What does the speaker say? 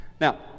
Now